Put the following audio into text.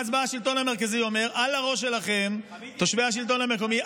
אז בא השלטון המרכזי ואומר: תושבי הרשות המקומית,